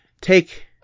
take